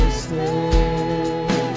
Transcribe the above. stay